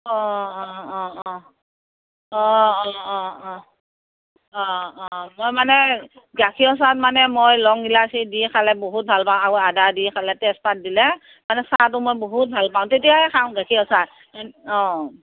অঁ অঁ অঁ অঁ অঁ অঁ অঁ অঁ অঁ অঁ মই মানে গাখীৰৰ চাহত মানে মই লং ইলাচী দি খালে বহুত ভাল পাওঁ আৰু আদা দি খালে তেজপাত দিলে মানে চাহটো মই বহুত ভাল পাওঁ তেতিয়াহে খাওঁ গাখীৰৰ চাহ অঁ